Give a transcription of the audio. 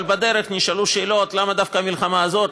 אבל בדרך נשאלו שאלות: למה דווקא המלחמה הזאת,